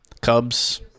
Cubs